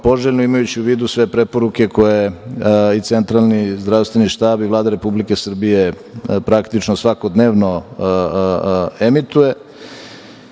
imajući u vidu sve preporuke koje i Centralni zdravstveni štab i Vlada Republike Srbije, praktično, svakodnevno emituje,